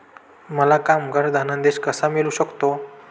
मला कामगार धनादेश कसा मिळू शकतो?